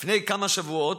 לפני כמה שבועות